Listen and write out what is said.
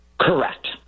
Correct